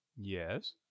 Yes